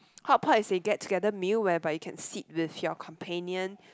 hotpot is a get together meal whereby you can sit with your companion